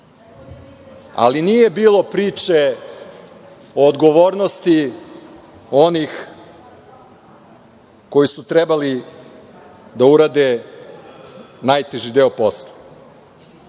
ali nije bilo priče o odgovornosti onih koji su trebali da urade najteži deo